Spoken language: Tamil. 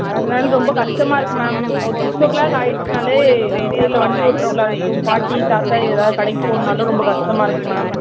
அதனால் ரொம்ப கஷ்டமா இருக்குது மேம் ஒரு சிக்ஸ் ஓ கிளாக் ஆகிடுச்சினாலே அந்த சைடில் வண்டி ஒட்டுறவங்களாக இருக்கட்டும் பாட்டி தாத்தா இதில் கடைக்குப் போகணுனாலும் ரொம்ப கஷ்டமா இருக்குது மேம்